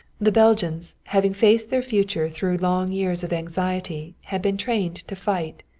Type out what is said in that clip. the belgians, having faced their future through long years of anxiety, had been trained to fight.